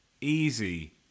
easy